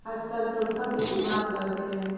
آج کل تو سب استعمال کرتے ہے